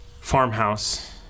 farmhouse